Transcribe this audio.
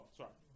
sorry